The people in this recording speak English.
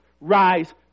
rise